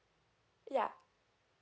ya